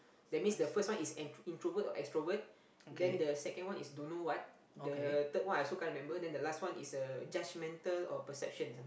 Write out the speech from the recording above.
that means the first one is an introvert or extrovert then the second one is don't know what the third I also can't remember then the last one is a judgmental or perception something